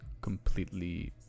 completely